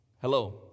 Hello